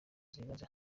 z’ibanze